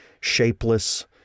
shapeless